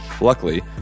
Luckily